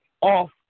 off